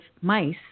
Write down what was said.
mice